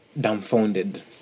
dumbfounded